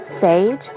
sage